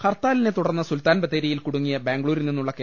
ഹർത്താലിനെ തുടർന്ന് സുൽത്താൻബത്തേരിയിൽ കുടുങ്ങിയ ബാംഗ്ലൂരിൽനിന്നുള്ള കെ